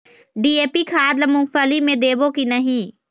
DAP खाद ला मुंगफली मे देबो की नहीं?